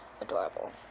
adorable